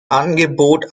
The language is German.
angebot